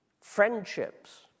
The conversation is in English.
friendships